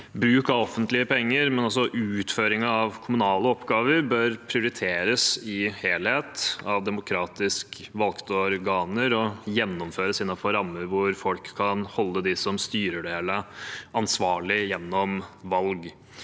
bruk av offentlige penger, men også utføringen av kommunale oppgaver, bør prioriteres i helhet av demokratisk valgte organer og gjennomføres innenfor rammer hvor folk kan holde dem som styrer det hele, ansvarlig gjennom valg.